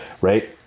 right